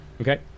Okay